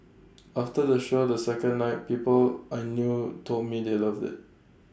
after the show on the second night people I knew told me they loved IT